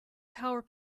power